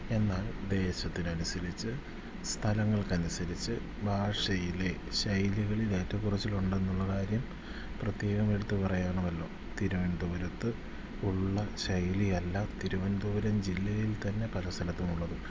എന്നാൽ ദേശത്തിനനുസരിച്ച് സ്ഥലങ്ങൾക്കനുസരിച്ച് ഭാഷയിലെ ശൈലികളിലേറ്റക്കുറച്ചിലുണ്ടെന്നുള്ള കാര്യം പ്രത്യേകമെടുത്തു പറയണമല്ലോ തിരുവനന്തപുരത്ത് ഉള്ള ശൈലി അല്ല തിരുവനന്തപുരം ജില്ലയിൽത്തന്നെ പല സ്ഥലത്തുമുള്ളത്